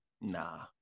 nah